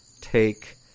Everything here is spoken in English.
take